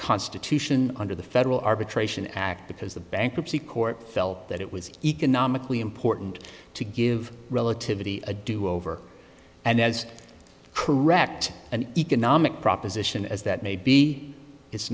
constitution under the federal arbitration act because the bankruptcy court felt that it was economically important to give relativity a do over and as correct an economic proposition as that may be it's